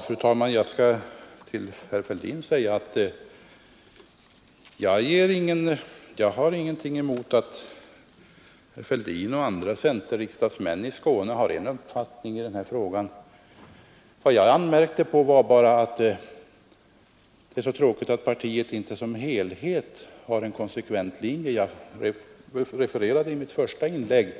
Fru talman! Jag har ingenting emot att herr Fälldin och centerriksdagsmän i Skåne har sin egen uppfattning i den här frågan. Vad jag sade var bara att det är tråkigt att partiet som helhet inte har en konsekvent linje. Jag refererade i mitt första inlägg